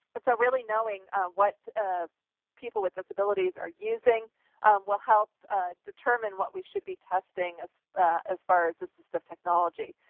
but so really knowing what people with disabilities are using will help determine what we should be testing as as far as assistive technology.